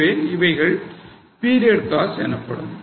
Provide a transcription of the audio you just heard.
எனவே இவைகள் period costs எனப்படும்